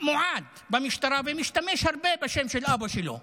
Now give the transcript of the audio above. מועד במשטרה, ומשתמש הרבה בשם של אבא שלו.